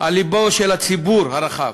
על לבו של הציבור הרחב,